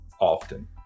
often